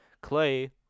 Clay